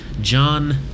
John